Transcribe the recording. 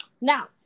Now